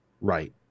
Right